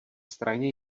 straně